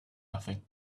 nothing